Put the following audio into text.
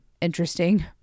interesting